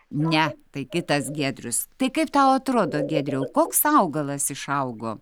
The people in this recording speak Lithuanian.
ne tai kitas giedrius tai kaip tau atrodo giedriau koks augalas išaugo